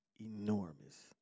enormous